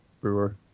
Brewer